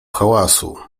hałasu